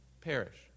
perish